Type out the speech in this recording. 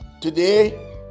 Today